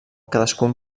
cadascun